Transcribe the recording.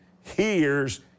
hears